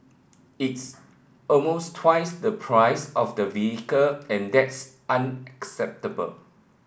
it's almost twice the price of the vehicle and that's unacceptable